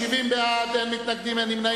הצעת ועדת הכספים בדבר